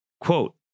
Quote